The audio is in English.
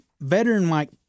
veteran-like